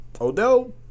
Odell